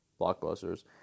blockbusters